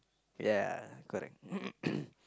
ya correct